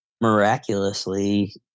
miraculously